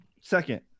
Second